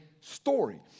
story